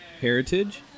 heritage